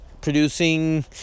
producing